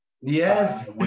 Yes